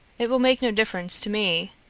it will make no difference to me.